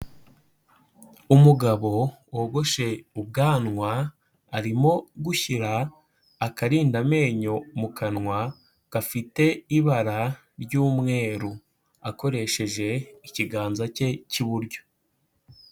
Umugabo wogoshe ubwanwa, arimo gushyira akarinda amenyo mu kanwa gafite ibara ry'umweru, akoresheje ikiganza cye cy'iburyo.